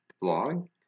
blog